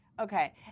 Okay